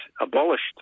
abolished